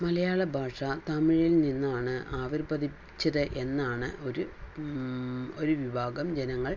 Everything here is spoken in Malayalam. മലയാള ഭാഷ തമിഴിൽ നിന്നാണ് ആവിർഭവിച്ചത് എന്നാണ് ഒരു ഒരു വിഭാഗം ജനങ്ങൾ